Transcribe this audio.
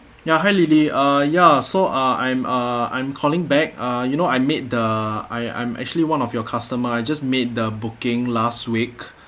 ya hi lily uh ya so uh I'm uh I'm calling back uh you know I made the I I'm actually one of your customer I just made the booking last week